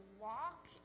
walk